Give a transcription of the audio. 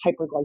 hyperglycemia